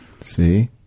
See